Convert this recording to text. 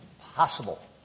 possible